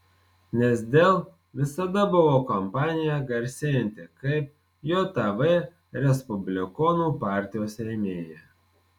nes dell visada buvo kompanija garsėjanti kaip jav respublikonų partijos rėmėja